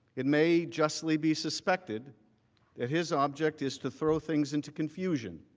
it may justly be suspected that his object is to throw things into confusion.